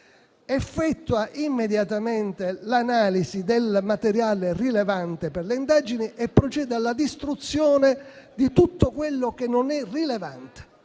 effettua immediatamente l'analisi del materiale rilevante per le indagini e procede alla distruzione di tutto quello che non è rilevante.